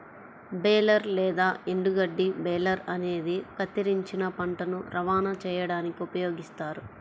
baler లేదా ఎండుగడ్డి baler అనేది కత్తిరించిన పంటను రవాణా చేయడానికి ఉపయోగిస్తారు